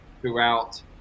throughout